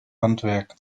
handwerk